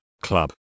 club